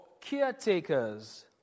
caretakers